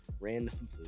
random